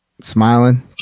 smiling